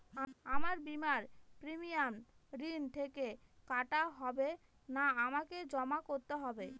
আমার বিমার প্রিমিয়াম ঋণ থেকে কাটা হবে না আমাকে জমা করতে হবে?